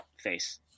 face